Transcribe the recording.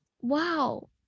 Wow